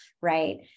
right